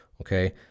okay